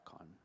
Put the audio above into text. on